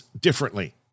differently